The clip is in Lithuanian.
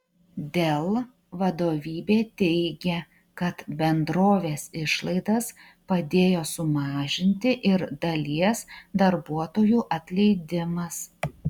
dell vadovybė teigia kad bendrovės išlaidas padėjo sumažinti ir dalies darbuotojų atleidimas